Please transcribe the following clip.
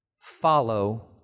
follow